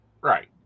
Right